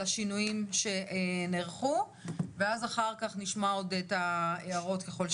השינויים שנערכו ואז אחר כך נשמע את ההערות ככל שיש.